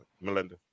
Melinda